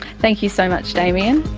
thank you so much damien.